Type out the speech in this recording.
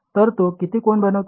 तर तो किती कोण बनवतो